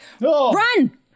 Run